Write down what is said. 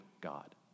God